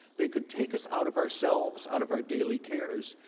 they could take us out of ourselves, out of our daily cares.